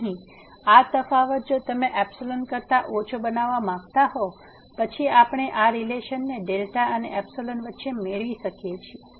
તેથી અહીં આ તફાવત જો તમે કરતા ઓછા બનાવવા માંગતા હો પછી આપણે આ રીલેશન ને δ અને વચ્ચે મેળવી શકીએ છીએ